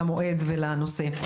למועד ולנושא.